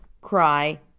cry